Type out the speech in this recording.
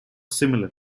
similar